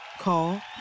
Call